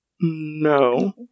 No